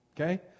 Okay